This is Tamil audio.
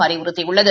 அறிவுறுத்தியுள்ளது